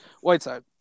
Whiteside